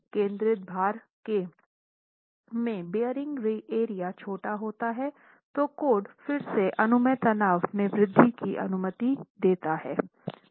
केंद्रित भार में बेयरिंग एरिया छोटा होता है तो कोड फिर से अनुमेय तनाव में वृद्धि की अनुमति देता है